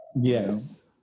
Yes